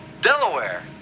Delaware